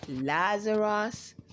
Lazarus